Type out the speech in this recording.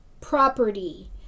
property